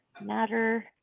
matter